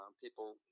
people